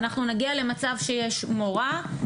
אנחנו נגיע למצב שיש מורה,